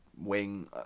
wing